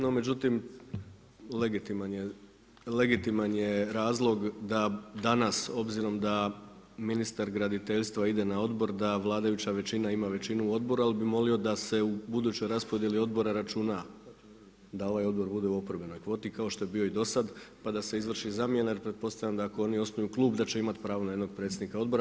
No međutim, legitiman je razlog da danas obzirom da ministar graditeljstva ide na odbor, da vladajuća većina ima većinu odbora, al bi molio da se u budućoj raspodjeli odbora računa, da ovaj odbor bude u oporbenoj kvoti, kao što je bio i do sad, pa da se izvrši zamjena, jer pretpostavljam, da ako oni osnuju Klub, da će imat pravo na jednog predsjednika odbora.